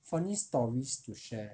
funny stories to share